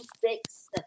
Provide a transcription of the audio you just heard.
six